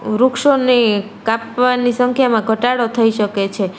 વૃક્ષોની કાપવાની સંખ્યામાં ઘટાડો થઈ શકે છે